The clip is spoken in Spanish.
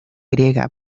griega